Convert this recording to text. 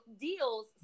deals